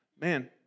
Man